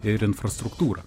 ir infrastruktūrą